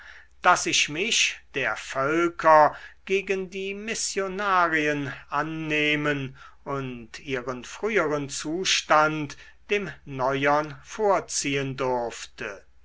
daß ich mich der völker gegen die missionarien annehmen und ihren früheren zustand dem neuern vorziehen durfte